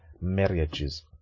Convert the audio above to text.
marriages